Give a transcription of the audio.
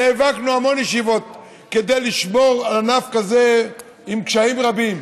נאבקנו בהמון ישיבות כדי לשמור על ענף כזה עם קשיים רבים.